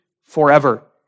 forever